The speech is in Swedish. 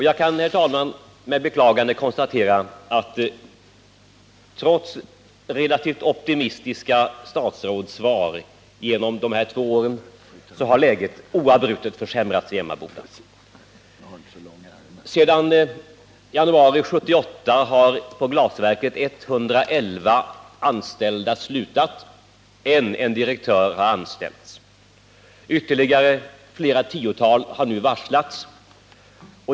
Jag kan med beklagande konstatera att läget i Emmaboda — trots relativt optimistiska statsrådssvar genom de här två åren — oavbrutet försämrats. Sedan januari 1978 har 111 anställda slutat på glasverket, I — en direktör — haranställts. Ytterligare flera 10-tal har nu varslats.